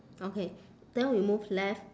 okay then we move left